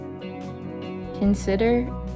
Consider